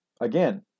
Again